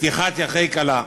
לפתיחת "ירחי כלה".